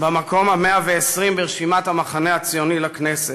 במקום ה-120 ברשימת המחנה הציוני לכנסת,